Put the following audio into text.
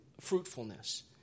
fruitfulness